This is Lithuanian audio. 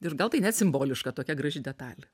ir gal tai net simboliška tokia graži detalė